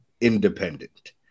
independent